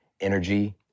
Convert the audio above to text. energy